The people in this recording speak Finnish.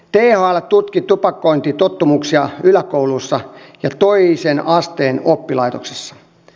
thl tutki tupakointitottumuksia yläkouluissa ja toisen asteen oppilaitoksissa